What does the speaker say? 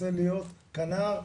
רוצה להיות כנר,